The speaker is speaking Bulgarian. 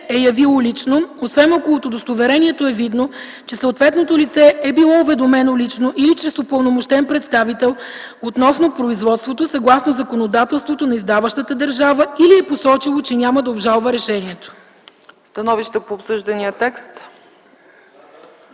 е явило лично, освен ако от удостоверението е видно, че съответното лице е било уведомено лично или чрез упълномощен представител относно производството, съгласно законодателството на издаващата държава или е посочило, че няма да обжалва решението.” ПРЕДСЕДАТЕЛ ЦЕЦКА